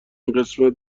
قسمت